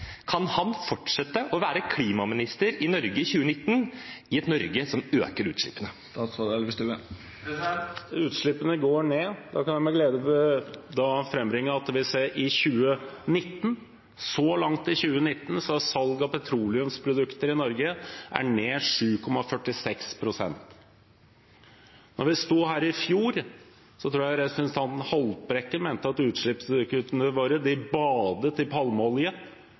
Kan han fortsette å være klimaminister i 2019 i et Norge som øker utslippene? Utslippene går ned. Jeg kan med glede frambringe at vi så langt i 2019 ser at salget av petroleumsprodukter i Norge har gått ned med 7,46 pst. Da vi sto her i fjor, tror jeg representanten Haltbrekken mente at utslippskuttene våre